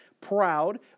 proud